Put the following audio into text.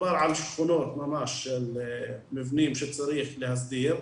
מדובר על שכונות ממש של מבנים שצריך להסדיר,